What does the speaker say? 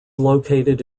located